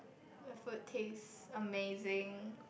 the food taste amazing